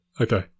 Okay